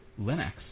linux